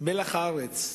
מלח הארץ,